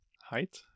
height